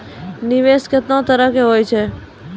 निवेश केतना तरह के होय छै?